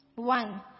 One